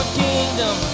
kingdom